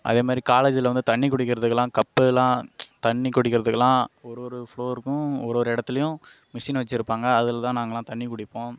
அதே மாதிரி காலேஜில் வந்து தண்ணி குடிக்கிறத்துக்கல்லாம் கப்புலாம் தண்ணி குடிக்கிறத்துக்கல்லாம் ஒருவொரு ஃபுலோருக்கும் ஒரு ஒரு இடத்துலையும் மிஷின் வச்சிருப்பாங்க அதில் தான் நாங்களாம் தண்ணி குடிப்போம்